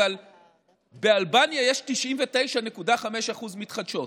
אבל באלבניה יש 99.5% מתחדשות,